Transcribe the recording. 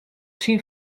syn